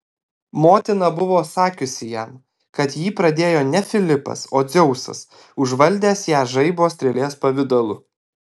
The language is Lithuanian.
motina buvo sakiusi jam kad jį pradėjo ne filipas o dzeusas užvaldęs ją žaibo strėlės pavidalu